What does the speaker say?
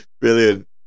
Brilliant